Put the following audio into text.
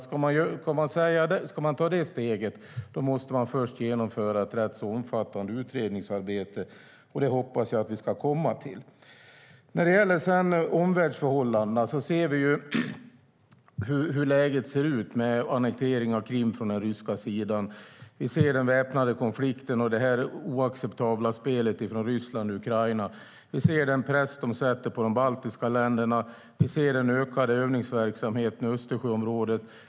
Ska vi ta det steget måste vi först genomföra ett omfattande utredningsarbete, och dit hoppas jag att vi ska komma. Beträffande omvärldsförhållandena ser vi Rysslands annektering av Krim. Vi ser den väpnade konflikten och Rysslands oacceptabla spel i Ukraina. Vi ser pressen på de baltiska länderna och en ökad övningsverksamhet i Östersjöområdet.